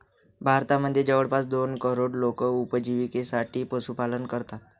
भारतामध्ये जवळपास दोन करोड लोक उपजिविकेसाठी पशुपालन करतात